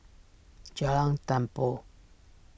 Jalan Tempua